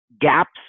gaps